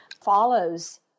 follows